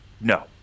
No